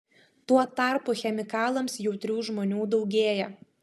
tuo tarpu chemikalams jautrių žmonių daugėja